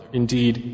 indeed